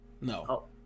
No